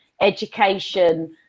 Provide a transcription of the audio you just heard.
education